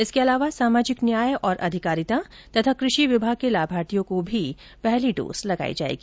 इसके अलावा सामाजिक न्याय और आधिकारिता तथा कृषि विभाग के लाभार्थियों को भी कोरोना की पहली डोज लगायी जाएगी